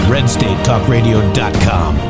RedStateTalkRadio.com